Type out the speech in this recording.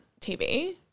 TV